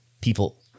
people